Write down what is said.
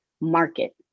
market